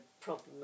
problem